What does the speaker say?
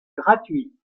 gratuites